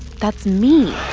that's me